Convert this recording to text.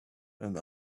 and